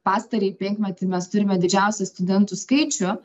pastarąjį penkmetį mes turime didžiausią studentų skaičių